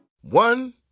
One